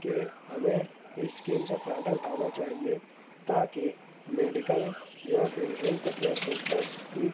کہ ہمیں اس اسکیم سے فائدہ اٹھانا چاہئے تاکہ میڈیکل یا پھر ہیلتھ کیئر سیکٹرس کی